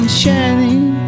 shining